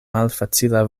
malfacila